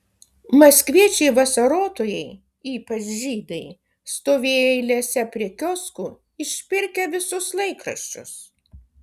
maskviečiai vasarotojai ypač žydai stovėję eilėse prie kioskų išpirkę visus laikraščius